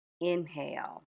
inhale